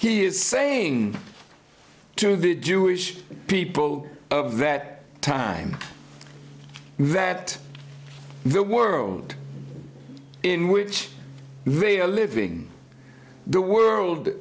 he is saying to the jewish people of that time that the world in which they are living the world